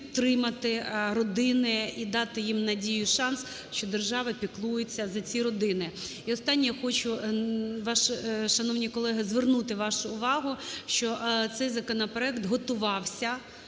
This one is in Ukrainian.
підтримати родини і дати їм надію і шанс, що держава піклується за ці родини. І останнє. Я хочу, шановні колеги, звернути вашу увагу, що цей законопроект готувався